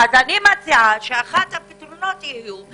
אני מציעה שאחד הפתרונות יהיו,